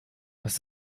das